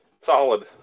solid